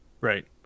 Right